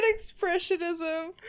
expressionism